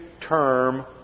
term